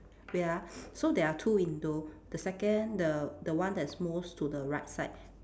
wait ah so there are two window the second the the one that's most to the right side